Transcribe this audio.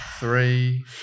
Three